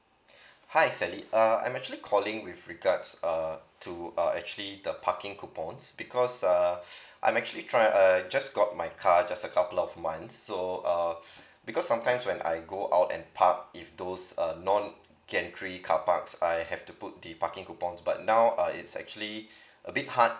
hi sally uh I'm actually calling with regards uh to uh actually the parking coupons because uh I'm actually try uh just got my car just a couple of months so uh because sometimes when I go out and park if those uh non gantry carparks I have to put the parking coupons but now uh it's actually a bit hard